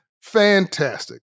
Fantastic